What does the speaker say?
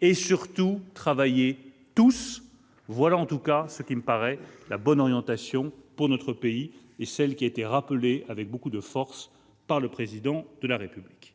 et, surtout, travailler tous. Cela me paraît être la bonne orientation pour notre pays, celle qui a été rappelée avec beaucoup de force par le Président de la République.